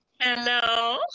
Hello